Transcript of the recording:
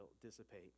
dissipate